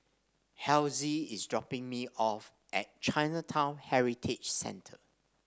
Hezzie is dropping me off at Chinatown Heritage Centre